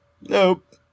Nope